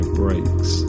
breaks